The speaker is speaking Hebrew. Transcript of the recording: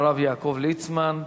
הרב יעקב ליצמן,